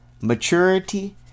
maturity